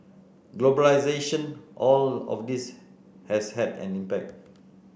globalisation all of this has had an impact